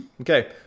okay